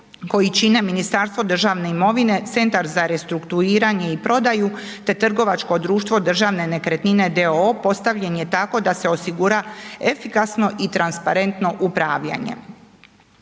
koji čine Ministarstvo državne imovine, Centar za restrukturiranje i prodaju te trgovačko društvo Državne nekretnine d.o.o. postavljen je tako da se osigura efikasno i transparentno upravljanje.